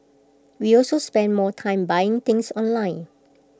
we also spend more time buying things online